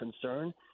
concern